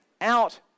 out